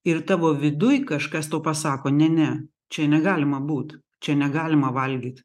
ir tavo viduj kažkas tau pasako ne ne čia negalima būt čia negalima valgyt